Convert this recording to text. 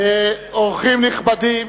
אורחים נכבדים,